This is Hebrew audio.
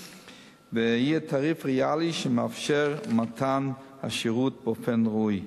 ויהיה תעריף ריאלי שמאפשר את מתן השירות באופן ראוי.